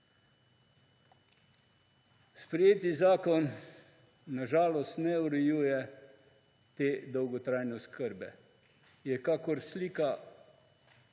Sprejeti zakon na žalost ne ureja te dolgotrajne oskrbe, je kakor okvir